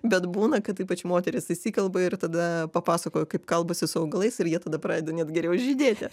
bet būna kad ypač moterys išsikalba ir tada papasakoja kaip kalbasi su augalais ir jie tada pradeda net geriau žydėti